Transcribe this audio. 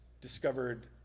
discovered